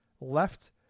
left